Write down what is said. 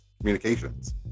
communications